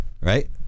right